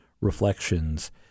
reflections